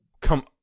come